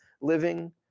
living